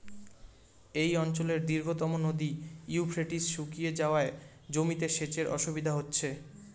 এই অঞ্চলের দীর্ঘতম নদী ইউফ্রেটিস শুকিয়ে যাওয়ায় জমিতে সেচের অসুবিধে হচ্ছে